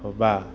बबेबा